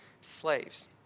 slaves